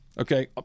Okay